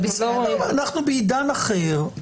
אנחנו בעידן אחר.